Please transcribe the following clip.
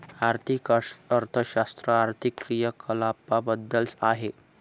आर्थिक अर्थशास्त्र आर्थिक क्रियाकलापांबद्दल आहे